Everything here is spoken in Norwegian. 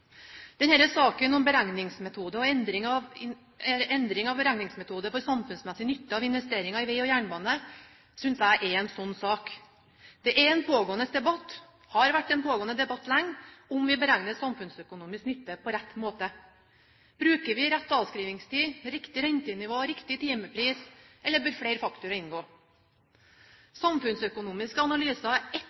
saken, om beregningsmetode og endring av beregningsmetode for samfunnsmessig nytte av investeringer i vei og jernbane, synes jeg er en slik sak. Det er en pågående debatt, og det har vært en pågående debatt lenge, om vi beregner samfunnsøkonomisk nytte på rett måte. Bruker vi rett avskrivningstid, riktig rentenivå og riktig timepris? Eller bør flere faktorer inngå? Samfunnsøkonomiske analyser er ett